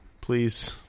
please